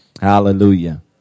Hallelujah